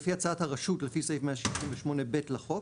לפי הצעת הרשות לפי סעיף 168(ב) לחוק,